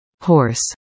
Horse